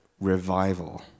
revival